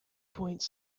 points